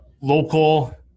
local